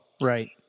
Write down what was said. Right